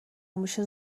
موشه